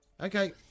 Okay